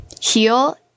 heal